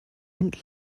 und